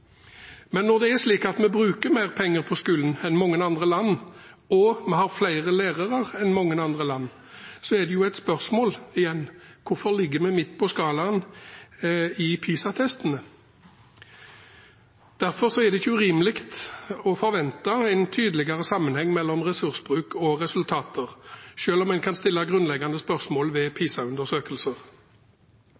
Men når det er slik at vi bruker mer penger på skolen enn mange andre land, og vi har flere lærere enn mange andre land, er spørsmålet: Hvorfor ligger vi midt på skalaen i PISA-testene? Det er ikke urimelig å forvente en tydeligere sammenheng mellom ressursbruk og resultater – selv om en kan stille grunnleggende spørsmål ved